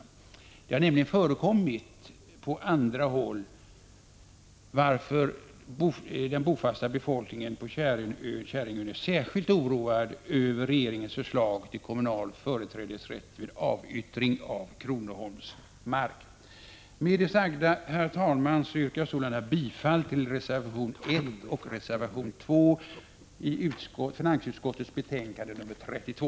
Sådant har nämligen förekommit på andra håll, varför den bofasta befolkningen på Käringön är särskilt oroad över regeringens förslag till kommunal företrädesrätt vid avyttring av kronoholmsmark. Med det sagda, herr talman, yrkar jag bifall till reservationerna 1 och 2 i finansutskottets betänkande nr 32.